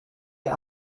dir